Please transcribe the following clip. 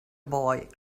boy